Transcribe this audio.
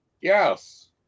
Yes